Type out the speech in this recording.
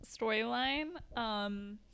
storyline